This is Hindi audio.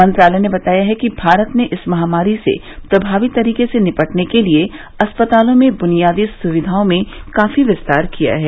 मंत्रालय ने कहा है कि भारत ने इस महामारी से प्रभावी तरीके से निपटने के लिए अस्पतालों में बुनियादी सुविधाओं में काफी विस्तार किया है